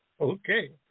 Okay